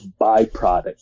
byproduct